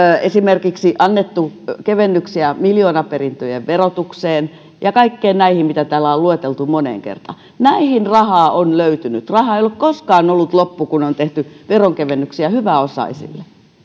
annettu kevennyksiä esimerkiksi miljoonaperintöjen verotukseen ja kaikkiin näihin joita täällä on lueteltu moneen kertaan näihin rahaa on löytynyt raha ei ole koskaan ollut loppu kun on tehty veronkevennyksiä hyväosaisille